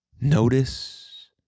notice